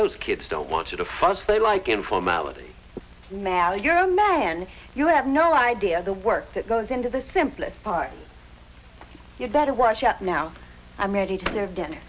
those kids don't want you to fuss they like in formality married your own men you have no idea the work that goes into the simplest part you better watch out now i'm ready to serve din